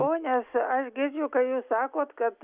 pone aš aš girdžiu ką jūs sakot kad